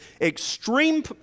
extreme